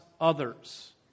others